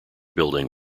building